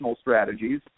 strategies